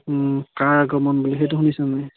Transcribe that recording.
কাৰ আগমন বুলি সেইটো শুনিছানে নাই